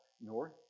north